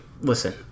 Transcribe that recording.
Listen